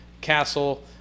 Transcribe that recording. Castle